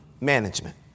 management